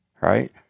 Right